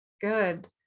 Good